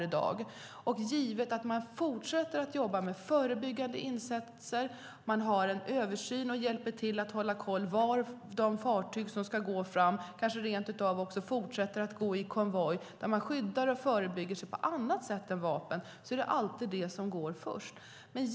Det som alltid går först är att man fortsätter att jobba med förebyggande insatser, att man har en översyn och hjälper till att hålla koll på att de fartyg som ska gå fram kanske rent av fortsätter att gå i konvoj och att man skyddar och förebygger på andra sätt än med vapen.